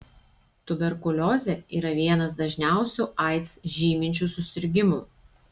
tuberkuliozė yra vienas dažniausių aids žyminčių susirgimų